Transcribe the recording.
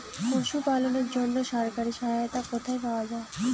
পশু পালনের জন্য সরকারি সহায়তা কোথায় পাওয়া যায়?